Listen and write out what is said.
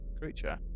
creature